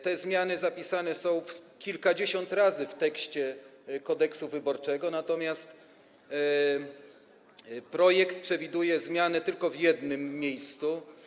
Te zmiany zapisane są kilkadziesiąt razy w tekście Kodeksu wyborczego, natomiast projekt przewiduje zmianę tylko w jednym miejscu.